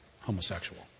homosexual